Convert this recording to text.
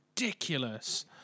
ridiculous